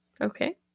Okay